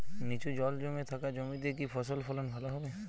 নিচু জল জমে থাকা জমিতে কি ফসল ফলন ভালো হবে?